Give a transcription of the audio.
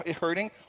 hurting